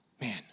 Man